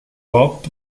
pop